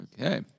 Okay